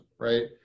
right